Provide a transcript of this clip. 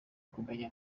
kumenya